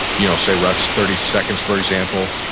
you know say rest thirty seconds, for example,